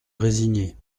résigner